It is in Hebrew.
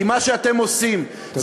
כי מה שאתם עושים, תודה.